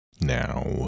Now